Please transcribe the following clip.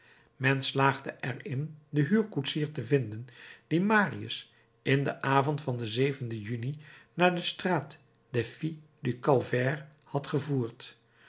men slaagde er in den huurkoetsier te vinden die marius in den avond van den juni naar de straat des filles du calvaire had gevoerd